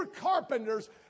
carpenters